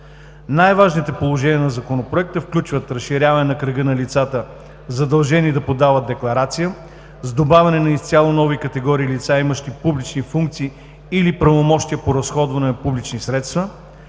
Най-важните положения на Законопроекта включват: разширяване на кръга на лицата, задължени да подават декларации, с добавяне на изцяло нови категории лица, имащи публични функции или правомощия по разходване на публични средства;